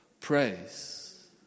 praise